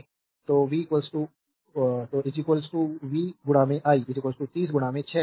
तो v i 30 6 तो 180 watt यह गणना कर सकता है या p R जो कि 62 2 है अर्थात आई 6 एम्पीयर है इस 6 एम्पीयर 62 2 5 की गणना की है